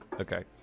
Okay